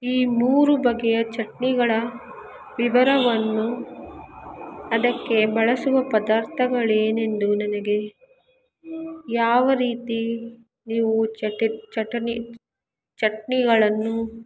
ಈ ಮೂರು ಬಗೆಯ ಚಟ್ನಿಗಳ ವಿವರವನ್ನು ಅದಕ್ಕೆ ಬಳಸುವ ಪದಾರ್ಥಗಳೇನೆಂದು ನನಗೆ ಯಾವ ರೀತಿ ನೀವು ಚಟಿಟ್ ಚಟ್ನಿ ಚಟ್ನಿಗಳನ್ನು